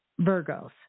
Virgos